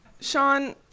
Sean